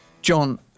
John